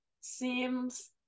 seems